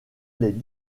les